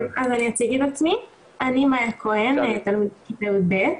אני מאיה כהן, מהיישוב עומר, תלמידת יב'.